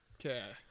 Okay